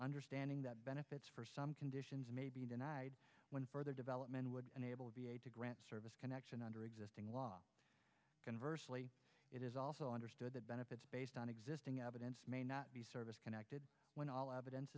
understanding that benefits for some conditions may be denied when further development would enable the v a to grant service connection under existing law inversely it is also understood that benefits based on existing evidence may not be service connected when all evidence